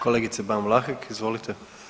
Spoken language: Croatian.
Kolegice Ban Vlahek, izvolite.